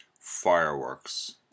Fireworks